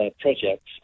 projects